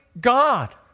God